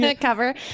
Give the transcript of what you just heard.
cover